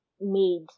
made